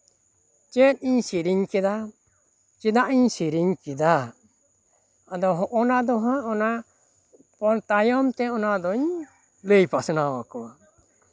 ᱪᱮᱫ ᱤᱧ ᱥᱮᱨᱮᱧ ᱠᱮᱫᱟ ᱪᱮᱫᱟᱜ ᱤᱧ ᱥᱮᱨᱮᱧ ᱠᱮᱫᱟ ᱟᱫᱚ ᱦᱚᱸᱜᱼᱚ ᱱᱟ ᱫᱚᱦᱟᱜ ᱚᱱᱟ ᱛᱟᱭᱚᱢᱛᱮ ᱚᱱᱟ ᱫᱚᱧ ᱞᱟᱹᱭ ᱯᱟᱥᱱᱟᱣ ᱟᱠᱚᱣᱟ